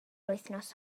wythnos